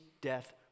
death